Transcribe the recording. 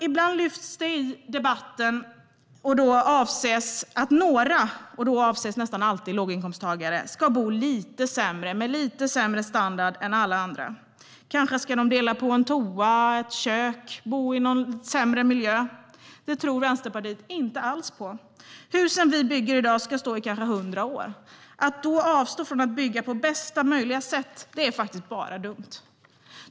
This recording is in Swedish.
Ibland lyfts det i debatten fram att några - och då avses nästan alltid låginkomsttagare - ska bo med lite sämre standard än alla andra. Kanske ska de dela på en toa eller ett kök, eller kanske ska de bo i sämre miljöer. Det tror Vänsterpartiet inte alls på. Husen vi bygger i dag ska stå i kanske hundra år, och att då avstå från att bygga på bästa möjliga sätt är faktiskt bara dumt.